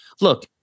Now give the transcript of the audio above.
look